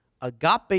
Agape